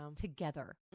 together